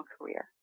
career